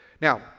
Now